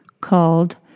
called